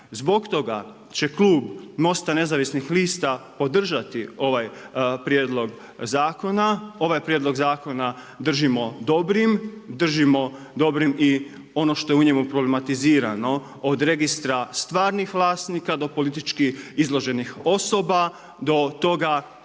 Zbog toga će klub MOST-a nezavisnih lista podržati ovaj prijedlog zakona. Ovaj prijedlog zakona držimo dobrim, držimo dobrim i ono što je u njemu problematiziranu od registra stvarnih vlasnika do politički izloženih osoba do toga